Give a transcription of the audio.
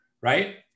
right